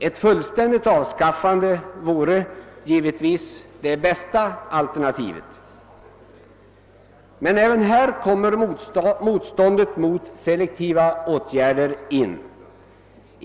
Ett fullständigt avskaffande vore givetvis det bästa alternativet, men även här kommer motståndet mot selektiva åtgärder in.